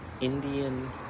Indian